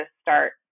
start